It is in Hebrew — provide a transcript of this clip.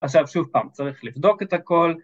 עכשיו, שוב פעם, צריך לבדוק את הכל.